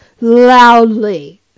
loudly